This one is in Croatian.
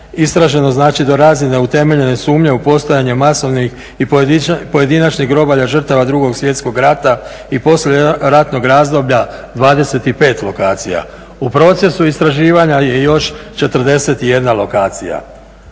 istraženo znači do razine utemeljene sumnje u postojanje masovnih i pojedinačnih grobalja žrtava 2. svjetskog rata i poslijeratnog razdoblja 25 lokacija. U procesu istraživanja je još 41 lokacija.